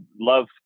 love